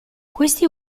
questi